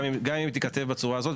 גם אם היא תיכתב בצורה הזאת,